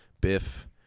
Biff